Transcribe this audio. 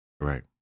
right